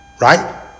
right